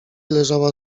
leżała